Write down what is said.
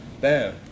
Bam